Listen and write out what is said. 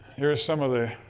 bhere are some of the